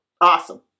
Awesome